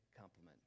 compliment